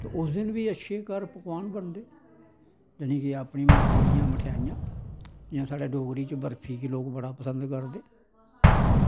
ते उस दिन बी अच्छे घर पकवान बनदे जानि के अपनी मर्जी दियां मठेआइयां जि'यां साढ़े डोगरी च बर्फी गी लोग बड़ा पसंद करदे